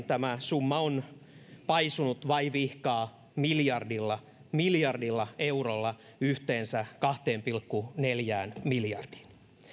tämä summa on paisunut vaivihkaa miljardilla miljardilla eurolla yhteensä kahteen pilkku neljään miljardiin